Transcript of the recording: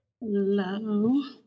Hello